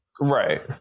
Right